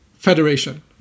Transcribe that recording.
federation